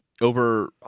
over